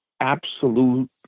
absolute